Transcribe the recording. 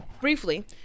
briefly